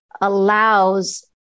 allows